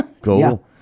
cool